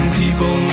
people